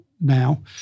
now